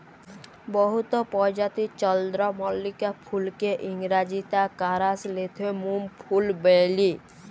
বহুত পরজাতির চল্দ্রমল্লিকা ফুলকে ইংরাজিতে কারাসলেথেমুম ফুল ব্যলে